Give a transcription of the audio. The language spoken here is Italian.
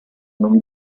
non